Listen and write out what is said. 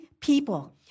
people